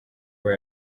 aba